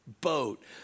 Boat